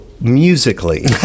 musically